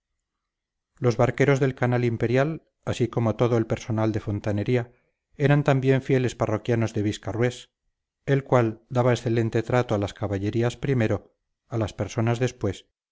los barqueros del canal imperial así como todo el personal de fontanería eran también fieles parroquianos de viscarrués el cual daba excelente trato a las caballerías primero a las personas después